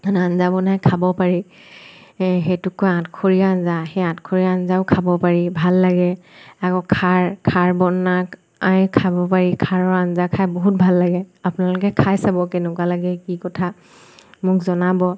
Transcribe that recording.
আঞ্জা বনাই খাব পাৰি এই সেইটোক কয় আঠখৰীয়া আঞ্জা সেই আঠখৰীয়া আঞ্জাও খাব পাৰি ভাল লাগে আকৌ খাৰ খাৰ বনাই খাব পাৰি খাৰৰ আঞ্জা খাই বহুত ভাল লাগে আপোনালোকে খাই চাব কেনেকুৱা লাগে কি কথা মোক জনাব